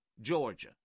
Georgia